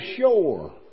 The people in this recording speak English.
shore